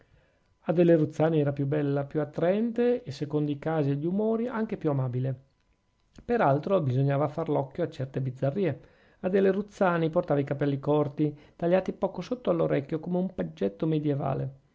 pianoforte adele ruzzani era più bella più attraente e secondo i casi e gli umori anche più amabile per altro bisognava far l'occhio a certe bizzarrie adele ruzzani portava i capelli corti tagliati poco sotto all'orecchio come un paggetto medievale